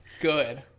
Good